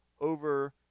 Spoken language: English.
over